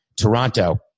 Toronto